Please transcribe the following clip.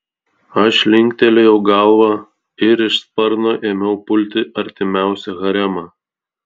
aš linktelėjau galvą ir iš sparno ėmiau pulti artimiausią haremą